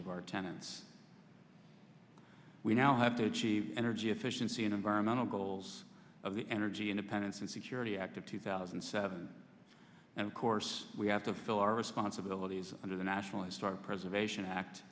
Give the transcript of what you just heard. of our tenants we now have to achieve energy efficiency and environmental goals of the energy independence and security act of two thousand and seven and of course we have to fill our responsibilities under the national historic preservation act